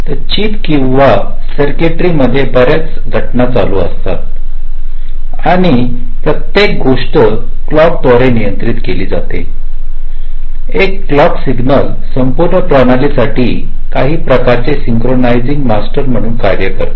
तर चीप किंवा सर्कटरी मध्ये बऱ्याच याच घटना चालू असतात आणि प्रत्येक गोष्ट क्लॉकद्वारे नियंत्रित केली जाते एक क्लॉक सिग्नल संपूर्ण प्रणाली साठी काही प्रकारचे सिनचरोनीझिंग मास्टर म्हणून कार्य करते